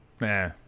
Nah